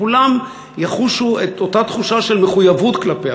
שכולם יחושו את אותה תחושה של מחויבות כלפיה,